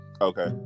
Okay